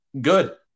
good